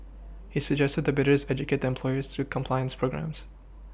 he suggested that the bidders educate their employers through compliance programmes